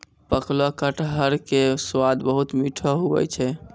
पकलो कटहर के स्वाद बहुत मीठो हुवै छै